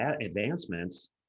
advancements